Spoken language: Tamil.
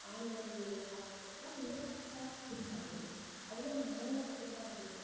ஆன்லைனில் பார்த்து கற்றுக்கிட்டா அது வந்து கரெக்டாக இருக்காது அதுவே நம்ம நேரில் கற்றுக்கிட்டோம் அப்படின்னா